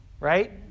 Right